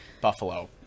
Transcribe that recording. buffalo